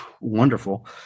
wonderful